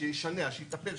שיטפל,